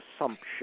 assumption